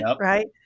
right